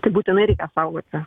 tai būtinai reikia saugoti